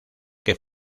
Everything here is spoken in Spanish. que